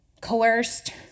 coerced